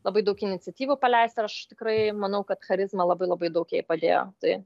labai daug iniciatyvų paleista aš tikrai manau kad charizma labai labai daug jai padėjo tai